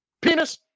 Penis